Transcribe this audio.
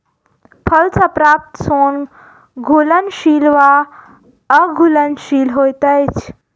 फल सॅ प्राप्त सोन घुलनशील वा अघुलनशील होइत अछि